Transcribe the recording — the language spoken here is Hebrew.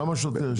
שמה שוטר,